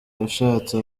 ushatse